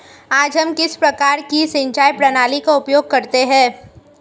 आज हम किस प्रकार की सिंचाई प्रणाली का उपयोग करते हैं?